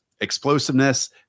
explosiveness